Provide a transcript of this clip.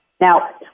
Now